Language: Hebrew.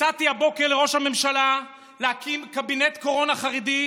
הצעתי הבוקר לראש הממשלה להקים קבינט קורונה חרדי,